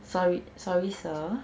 sorry sorry sir